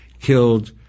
killed